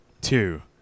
two